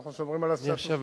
אנחנו שומרים על הסטטוס-קוו.